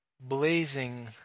blazing